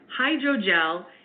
hydrogel